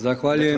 Zahvaljujem.